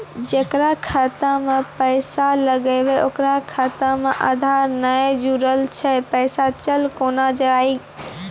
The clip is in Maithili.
जेकरा खाता मैं पैसा लगेबे ओकर खाता मे आधार ने जोड़लऽ छै पैसा चल कोना जाए?